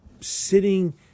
sitting –